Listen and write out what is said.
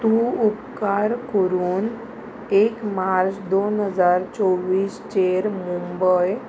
तूं उपकार करून एक मार्च दोन हजार चोवीस चेर मुंबय